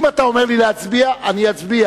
אם אתה אומר לי להצביע, אני אצביע.